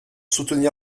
soutenir